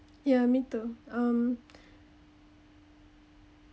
yeah me too um